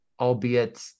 albeit